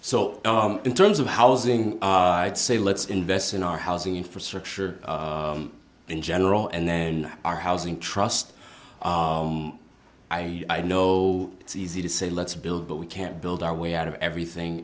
so in terms of housing and say let's invest in our housing infrastructure in general and then our housing trust i know it's easy to say let's build but we can't build our way out of everything